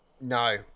No